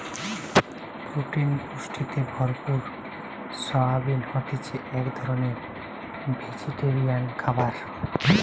protein পুষ্টিতে ভরপুর soybean হতিছে এক ধরণকার ভেজিটেরিয়ান খাবার